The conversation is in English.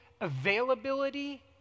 availability